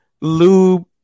lube